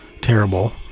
terrible